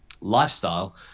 lifestyle